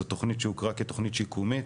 זו תוכנית שהוכרה כתוכנית שיקומית.